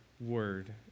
word